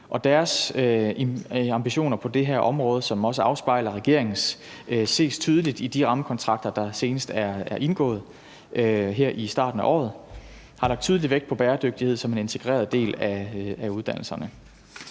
deres ambitioner på det her områder, som også afspejler regeringens, ses tydeligt i, at de rammekontrakter, der senest er indgået her i starten af året, har lagt tydelig vækst på bæredygtighed som en integreret del af uddannelserne.